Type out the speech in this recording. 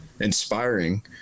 inspiring